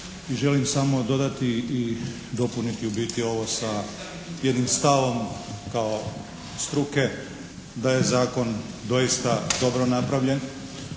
I želim samo dodati i dopuniti ovo sa jednim stavom kao struke, da je zakon doista dobro napravljen,